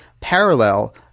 parallel